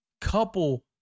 couple